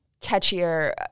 catchier